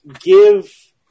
give